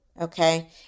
okay